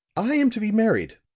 i am to be married